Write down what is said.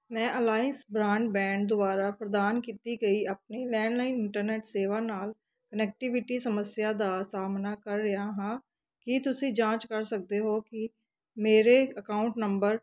ਮੈਂ Alliance broadband ਦੁਆਰਾ ਪ੍ਰਦਾਨ ਕੀਤੀ ਗਈ ਆਪਣੀ ਲੈਂਡਲਾਈਨ ਇੰਟਰਨੈੱਟ ਸੇਵਾ ਨਾਲ ਕਨੈਕਟੀਵਿਟੀ ਸਮੱਸਿਆ ਦਾ ਸਾਹਮਣਾ ਕਰ ਰਿਹਾ ਹਾਂ ਕੀ ਤੁਸੀਂ ਜਾਂਚ ਕਰ ਸਕਦੇ ਹੋ ਕਿ ਮੇਰੇ ਅਕਾਊਂਟ ਨੰਬਰ